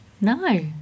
No